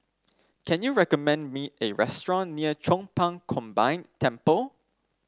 can you recommend me a restaurant near Chong Pang Combined Temple